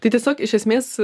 tai tiesiog iš esmės